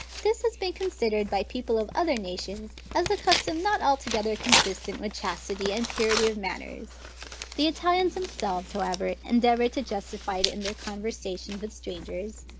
this has been considered by people of other nations, as a custom not altogether consistent with chastity and purity of manners the italians themselves however, endeavor to justify it in their conversations with strangers,